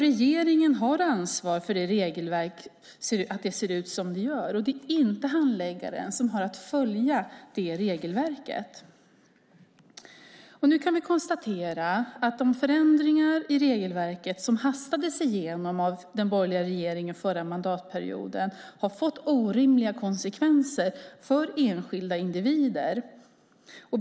Regeringen har ansvar för att regelverket ser ut som det gör och inte handläggaren som har att följa det regelverket. Nu kan vi konstatera att de förändringar i regelverket som hastades igenom av den borgerliga regeringen under den förra mandatperioden har fått orimliga konsekvenser för enskilda individer.